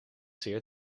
zeer